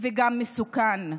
וגם מסוכן,